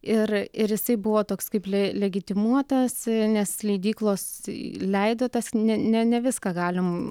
ir ir jisai buvo toks kaip le legitimuotas nes leidyklos leido tas ne ne viską galim